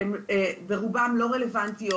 שברובן לא רלוונטיות.